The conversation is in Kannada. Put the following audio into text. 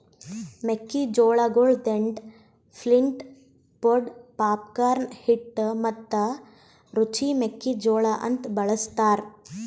ಮೆಕ್ಕಿ ಜೋಳಗೊಳ್ ದೆಂಟ್, ಫ್ಲಿಂಟ್, ಪೊಡ್, ಪಾಪ್ಕಾರ್ನ್, ಹಿಟ್ಟು ಮತ್ತ ರುಚಿ ಮೆಕ್ಕಿ ಜೋಳ ಅಂತ್ ಬಳ್ಸತಾರ್